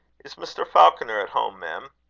is mr. falconer at hom', mem?